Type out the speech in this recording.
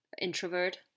introvert